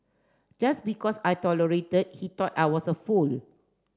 just because I tolerated he thought I was a fool